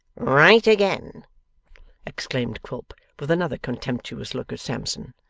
right again exclaimed quilp, with another contemptuous look at sampson,